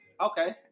Okay